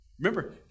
Remember